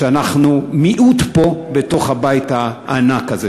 שאנחנו מיעוט פה בתוך הבית הענק הזה.